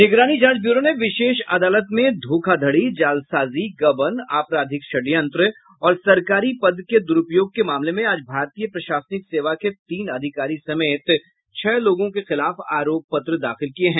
निगरानी जांच ब्यूरो ने विशेष अदालत में धोखाधड़ी जालसाजी गबन आपराधिक षड्यंत्र और सरकारी पद के द्रुपयोग के मामले में आज भारतीय प्रशासनिक सेवा के तीन अधिकारी समेत छह लोगों के खिलाफ आरोप पत्र दाखिल किये है